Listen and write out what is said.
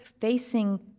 facing